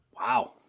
Wow